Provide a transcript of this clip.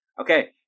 Okay